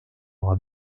aura